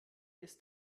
ist